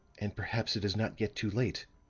and perhaps it is not yet too late.